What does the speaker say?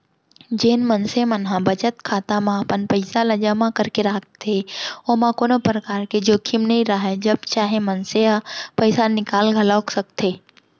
जेन मनसे मन ह बचत खाता म अपन पइसा ल जमा करके राखथे ओमा कोनो परकार के जोखिम नइ राहय जब चाहे मनसे ह पइसा निकाल घलौक सकथे